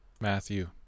Matthew